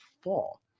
fall